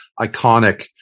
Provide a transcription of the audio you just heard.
iconic